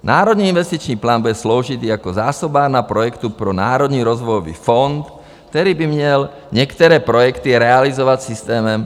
Národní investiční plán bude sloužit jako zásobárna projektů pro Národní rozvojový fond, který by měl některé projekty realizovat systémem PPP.